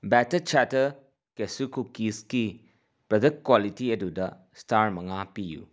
batter chatter cashew ꯀꯨꯀꯤꯁꯀꯤ product quality ꯑꯗꯨꯗ star ꯃꯉꯥ ꯄꯤꯌꯨ